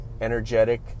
energetic